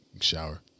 shower